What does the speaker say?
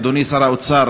אדוני שר האוצר,